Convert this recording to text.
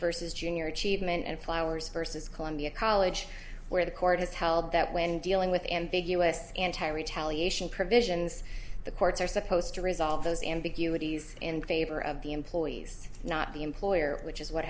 versus junior achievement and flowers versus columbia college where the court has held that when dealing with ambiguous anti retaliation provisions the courts are supposed to resolve those ambiguity in favor of the employees not the employer which is what